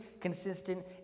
consistent